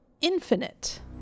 Infinite